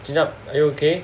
Jun Hup are you okay